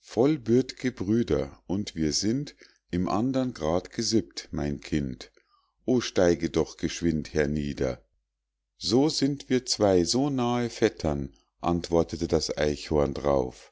vollbürt'ge brüder und wir sind im andern grad gesippt mein kind o steige doch geschwind hernieder so sind wir zwei so nahe vettern antwortete das eichhorn d'rauf